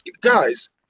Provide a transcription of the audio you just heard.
guys